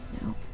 No